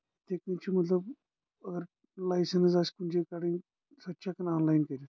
یِتھے کٕنۍ چھ مطلب اَگر لائسنس آسہِ کُنہِ جایہِ کڑٕنۍ سۄ چھِ تہِ ہٮ۪کان آن لاین کٔرِتھ